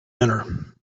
dinner